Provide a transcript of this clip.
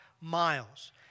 miles